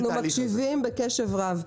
אנחנו מקשיבים בקשב רב.